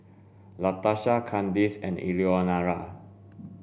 Latarsha Kandice and Eleanora